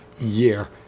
year